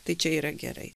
tai čia yra gerai